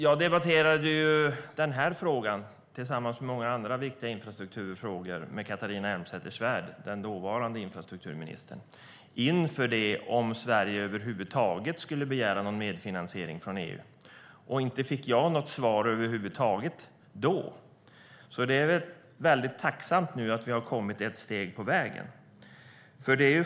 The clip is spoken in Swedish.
Jag debatterade den här frågan liksom många andra viktiga infrastrukturfrågor med Catharina Elmsäter-Svärd, den tidigare infrastrukturministern. Jag undrade om Sverige över huvud taget skulle begära någon medfinansiering från EU. Inte fick jag något svar över huvud taget. Så det är väl tacknämligt att vi nu har kommit ett steg på vägen.